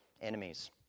enemies